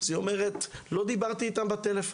אז היא אומרת, לא דיברתי איתם בטלפון.